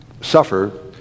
suffer